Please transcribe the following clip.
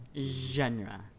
Genre